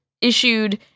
issued